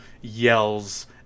yells